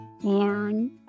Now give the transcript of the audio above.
learn